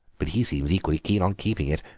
but he seems equally keen on keeping it.